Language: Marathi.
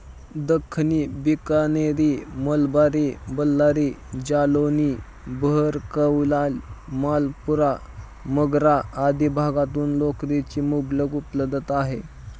दख्खनी, बिकनेरी, मलबारी, बल्लारी, जालौनी, भरकवाल, मालपुरा, मगरा आदी भागातून लोकरीची मुबलक उपलब्धता आहे